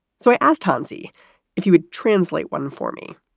so i asked hanzi if you would translate one for me.